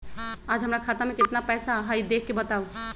आज हमरा खाता में केतना पैसा हई देख के बताउ?